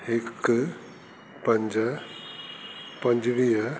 हिकु पंज पंजवीह